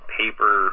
paper